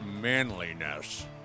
manliness